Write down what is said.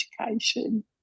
education